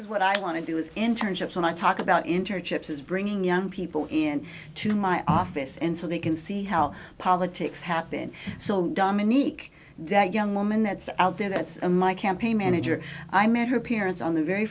league what i want to do is internships when i talk about interjects is bringing young people in to my office and so they can see how politics happen so dominic that young woman that's out there that's a my campaign manager i met her parents on the very